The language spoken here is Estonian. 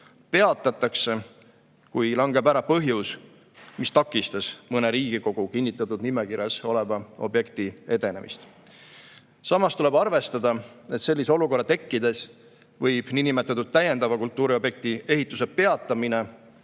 peatatakse, kuni langeb ära põhjus, mis takistas mõne Riigikogu kinnitatud nimekirjas oleva objekti edenemist. Samas tuleb arvestada, et sellise olukorra tekkides võib niinimetatud täiendava kultuuriobjekti ehituse peatamine